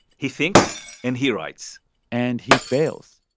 he thinks, and he writes and he fails.